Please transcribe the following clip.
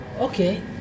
Okay